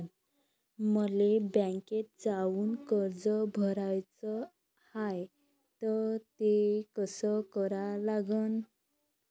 मले बँकेत जाऊन कर्ज भराच हाय त ते कस करा लागन?